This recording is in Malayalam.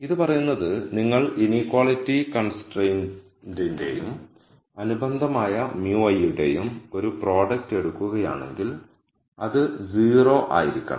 ഇത് പറയുന്നത് നിങ്ങൾ ഇനീക്വാളിറ്റി കൺസ്ട്രയിന്റെയും അനുബന്ധമായ μi യുടെയും ഒരു പ്രോഡക്റ്റ് എടുക്കുകയാണെങ്കിൽ അത് 0 ആയിരിക്കണം